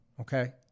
okay